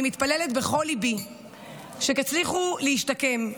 אני מתפללת בכל ליבי שתצליחו להשתקם,